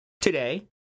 Today